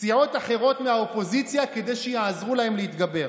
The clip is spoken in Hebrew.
סיעות אחרות מהאופוזיציה כדי שיעזרו להם להתגבר.